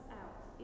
out